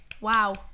Wow